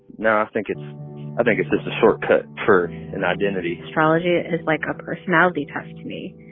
no, i think it's i think it's just a shortcut for an identity astrology is like um a personality test to me.